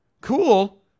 Cool